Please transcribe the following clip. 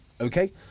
okay